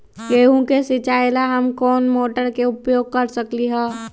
गेंहू के सिचाई ला हम कोंन मोटर के उपयोग कर सकली ह?